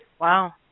Wow